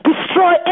destroy